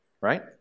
right